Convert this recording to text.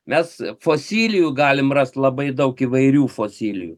mes fosilijų galim rasti labai daug įvairių fosilijų